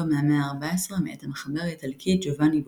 מהמאה ה-14 מאת המחבר האיטלקי ג'ובאני בוקאצ'ו.